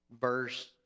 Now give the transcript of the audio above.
verse